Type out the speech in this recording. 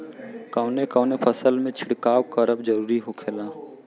कवने कवने फसल में छिड़काव करब जरूरी होखेला?